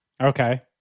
okay